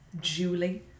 Julie